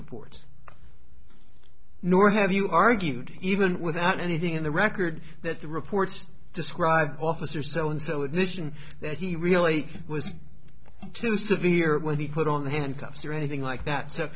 reports nor have you argued even without anything in the record that the reports describe officer soandso admission that he really was to severe when he put on handcuffs or anything like that so